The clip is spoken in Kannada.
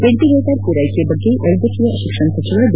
ವೆಂಟಿಲೇಟರ್ ಪೂರ್ನೆಕೆ ಬಗ್ಗೆ ವೈದ್ಯಕೀಯ ಶಿಕ್ಷಣ ಸಚಿವ ಡಿ